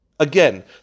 Again